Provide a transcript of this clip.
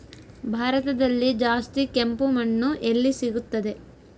ಭಾರತದಲ್ಲಿ ಜಾಸ್ತಿ ಕೆಂಪು ಮಣ್ಣು ಎಲ್ಲಿ ಸಿಗುತ್ತದೆ?